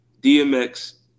DMX